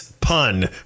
Pun